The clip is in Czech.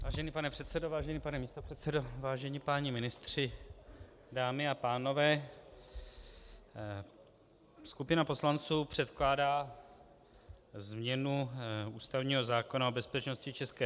Vážený pane předsedo, vážený pane místopředsedo, vážení páni ministři, dámy a pánové, skupina poslanců předkládá změnu ústavního zákona o bezpečnosti ČR.